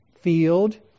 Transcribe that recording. field